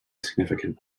significant